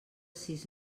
sis